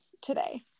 today